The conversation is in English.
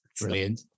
Brilliant